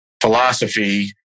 philosophy